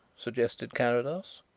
suggested carrados.